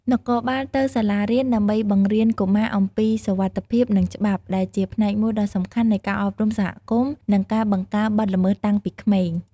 នគរបាលទៅសាលារៀន ដើម្បីបង្រៀនកុមារអំពី សុវត្ថិភាព និង ច្បាប់ ដែលជាផ្នែកមួយដ៏សំខាន់នៃការអប់រំសហគមន៍ និងការបង្ការបទល្មើសតាំងពីក្មេង។